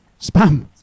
Spam